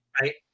Right